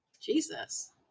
Jesus